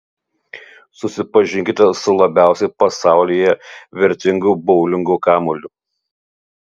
susipažinkite su labiausiai pasaulyje vertingu boulingo kamuoliu